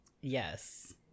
Yes